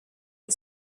and